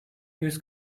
yüz